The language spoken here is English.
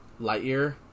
Lightyear